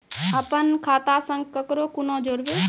अपन खाता संग ककरो कूना जोडवै?